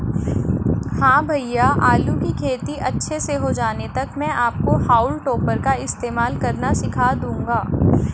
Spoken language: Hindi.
हां भैया आलू की खेती अच्छे से हो जाने तक मैं आपको हाउल टॉपर का इस्तेमाल करना सिखा दूंगा